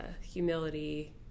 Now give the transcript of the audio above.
humility